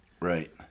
Right